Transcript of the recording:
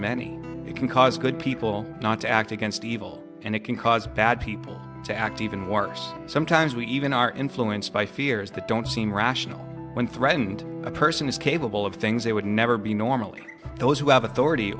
many you can cause good people not to act against evil and it can cause bad people to act even worse sometimes we even are influenced by fears that don't seem rational when threatened a person is capable of things they would never be normally those who have authority